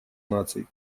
наций